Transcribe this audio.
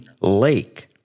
lake